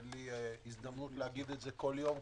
אין לי הזדמנות לומר את זה כל יום,